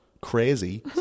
crazy